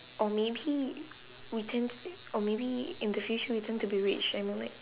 or maybe we tend or maybe in the future we tend to be rich and then like